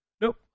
Nope